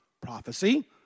prophecy